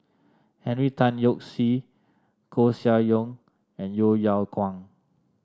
Henry Tan Yoke See Koeh Sia Yong and Yeo Yeow Kwang